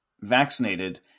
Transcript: vaccinated